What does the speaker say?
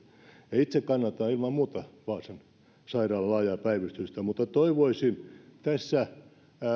käsittely itse kannatan ilman muuta vaasan sairaalan laajaa päivystystä mutta toivoisin tässä